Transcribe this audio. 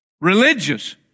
Religious